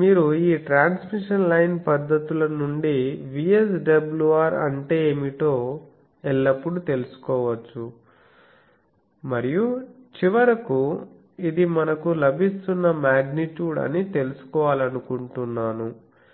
మీరు ఈ transmission line పద్ధతుల నుండి VSWR అంటే ఏమిటో ఎల్లప్పుడూ తెలుసుకోవచ్చు మరియు చివరకు ఇది మనకు లభిస్తున్న మాగ్నిట్యూడ్ అని తెలుసుకోవాలనుకుంటున్నాము